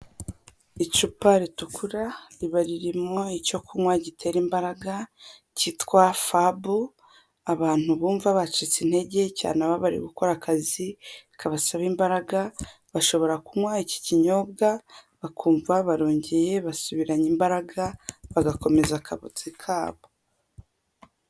Icupa ritukura riba ririmo icyo kunywa gitera imbaraga, cyitwa fabu, abantu bumva bacitse intege cyane ababa bari gukora akazi kabasaba imbaraga, bashobora kunywa iki kinyobwa bakumva barongeye basubiranye imbaraga, bagakomeza akazi kabo.